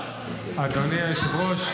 לא, שטחים חלופיים למרעה, לפי מה, רק,